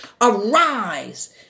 Arise